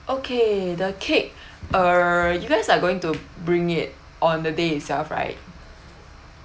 okay the cake uh you guys are going to bring it on the day itself right